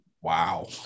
Wow